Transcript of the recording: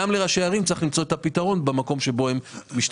כך גם לראשי ערים צריך למצוא את הפתרון במקום שבו הם משתתפים.